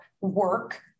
work